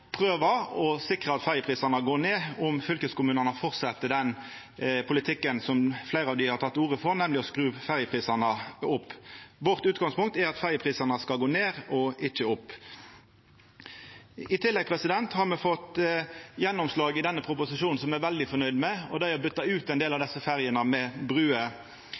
at ferjeprisane går ned, om fylkeskommunane fortset med den politikken som fleire har teke til orde for, nemleg å skru ferjeprisane opp. Vårt utgangspunkt er at ferjeprisane skal gå ned, ikkje opp. I tillegg til det har me fått gjennomslag i denne proposisjonen som me er veldig fornøgde med. Ein har bytt ut ein del av desse ferjene med